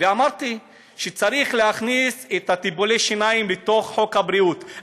ואמרתי שצריך להכניס את טיפולי השיניים בתוך חוק הבריאות,